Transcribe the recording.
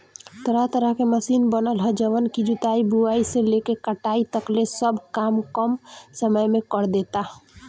तरह तरह के मशीन बनल ह जवन की जुताई, बुआई से लेके कटाई तकले सब काम कम समय में करदेता